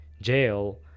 jail